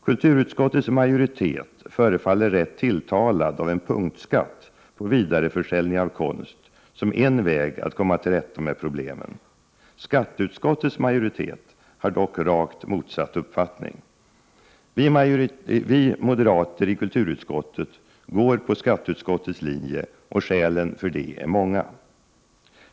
Kulturutskottets majoritet förefaller rätt tilltalad av en punktskatt på vidareförsäljning av konst som en väg att komma till rätta med problemen. Skatteutskottets majoritet har dock rakt motsatt uppfattning. Vi moderater i kulturutskottet ansluter oss till skatteutskottets linje, och skälen för detta är många.